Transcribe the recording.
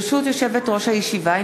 ברשות יושבת-ראש הישיבה,